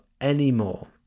anymore